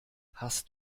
hast